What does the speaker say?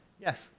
Yes